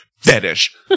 Fetish